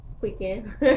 weekend